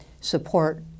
support